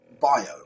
bio